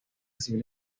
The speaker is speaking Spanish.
civil